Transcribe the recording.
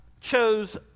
chose